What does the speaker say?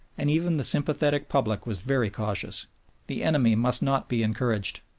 and even the sympathetic public was very cautious the enemy must not be encouraged,